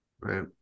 right